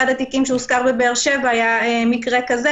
אחד התיקים שהוזכר בבאר שבע היה מקרה כזה.